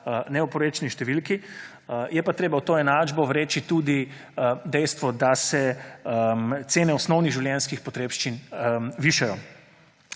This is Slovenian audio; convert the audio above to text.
neoporečni številki. Je pa treba v to enačbo vreči tudi dejstvo, da se cene osnovnih življenjskih potrebščin višajo